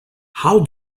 how